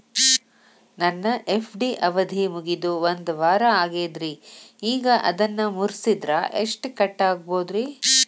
ನನ್ನ ಎಫ್.ಡಿ ಅವಧಿ ಮುಗಿದು ಒಂದವಾರ ಆಗೇದ್ರಿ ಈಗ ಅದನ್ನ ಮುರಿಸಿದ್ರ ಎಷ್ಟ ಕಟ್ ಆಗ್ಬೋದ್ರಿ?